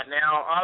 Now